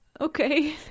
Okay